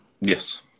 Yes